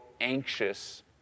anxious